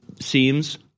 seems